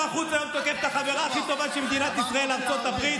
אתם אשמים.